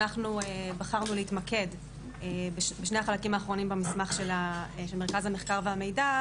אנחנו בחרנו להתמקד בשני החלקים האחרונים במסמך של מרכז המחקר והמידע,